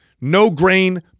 no-grain